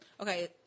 Okay